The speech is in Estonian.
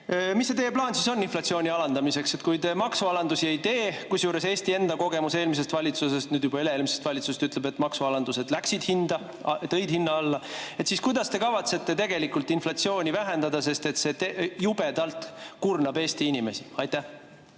Mis teie plaan siis on inflatsiooni alandamiseks, kui te maksualandusi ei tee? Kusjuures Eesti enda kogemus eelmisest valitsusest, nüüd juba üle‑eelmisest valitsusest, ütleb, et maksualandused tõid hinna alla. Kuidas te kavatsete tegelikult inflatsiooni vähendada? See jubedalt kurnab Eesti inimesi. Aitäh!